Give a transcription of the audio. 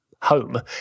home